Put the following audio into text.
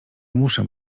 muszę